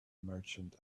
merchant